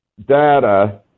data